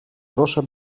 proszę